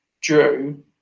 drew